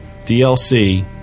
DLC